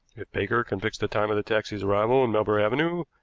if baker can fix the time of the taxi's arrival in melbury avenue,